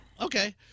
Okay